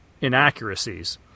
inaccuracies